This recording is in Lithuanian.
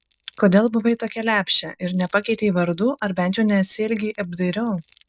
kodėl buvai tokia lepšė ir nepakeitei vardų ar bent jau nesielgei apdairiau